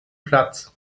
platz